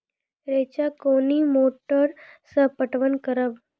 रेचा कोनी मोटर सऽ पटवन करव?